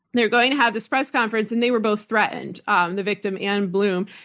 they were going to have this press conference. and they were both threatened, um the victim and bloom.